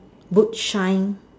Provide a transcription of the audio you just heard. boot shine